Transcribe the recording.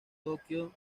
tokio